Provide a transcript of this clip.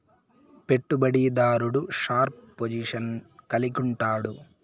పెట్టుబడి దారుడు sharp position కలిగుండాడు